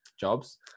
jobs